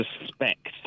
suspect